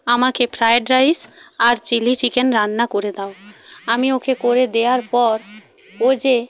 আমাকে fried rice আর chilli chicken রান্না করে দাও আমি ওকে করে দেওয়ার পর ও যে